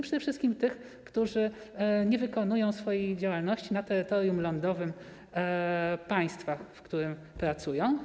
Przede wszystkim chodzi o tych, którzy nie wykonują swojej działalności na terytorium lądowym państwa, w którym pracują.